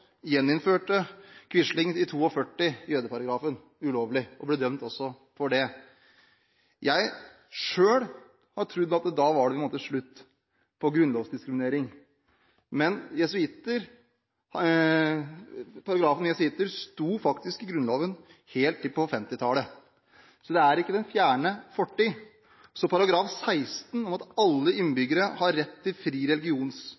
gjeninnførte Quisling i 1942 jødeparagrafen ulovlig – og ble også dømt for det. Jeg selv har trodd at da var det på en måte slutt på grunnlovsdiskriminering, men paragrafen om jesuitter sto faktisk i Grunnloven helt til på 1950-tallet. Det er ikke den fjerne fortid, så § 16 om at alle innbyggere har rett til fri